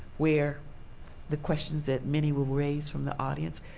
where the questions that many will raise from the audience,